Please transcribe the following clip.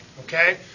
Okay